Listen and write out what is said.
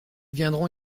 viendront